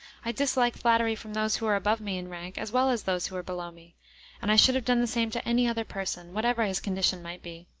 i dislike flattery from those who are above me in rank, as well as those who are below me and i should have done the same to any other person, whatever his condition might be.